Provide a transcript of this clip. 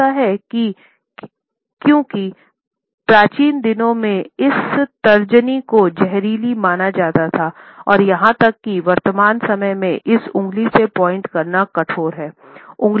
हो सकता है कि क्योंकि प्राचीन दिनों में इस तर्जनी को ज़हरीली माना जाता था और यहां तक कि वर्तमान समय में इस उंगली से पॉइंट करना कठोर है